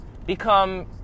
become